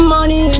Money